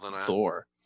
Thor